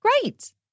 great